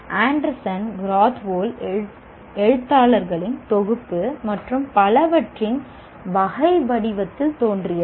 Anderson Krathwohl எழுத்தாளர்களின் தொகுப்பு மற்றும் பலவற்றின் வகை வடிவத்தில் தோன்றியது